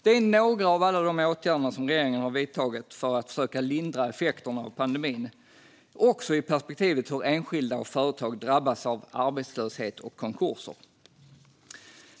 Det här är några av alla de åtgärder regeringen har vidtagit för att försöka lindra effekterna av pandemin, också med perspektivet hur enskilda och företag drabbas av arbetslöshet och konkurser.